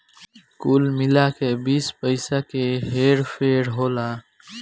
कुल मिला के बीस पइसा के हेर फेर होखेला